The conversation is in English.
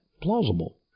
plausible